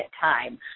time